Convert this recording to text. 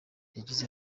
yagize